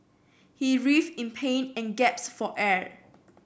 he writhed in pain and gaps for air